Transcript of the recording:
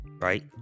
right